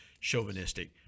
chauvinistic